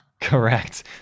correct